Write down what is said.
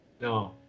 No